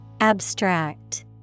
Abstract